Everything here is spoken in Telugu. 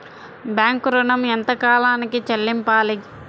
బ్యాంకు ఋణం ఎంత కాలానికి చెల్లింపాలి?